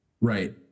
Right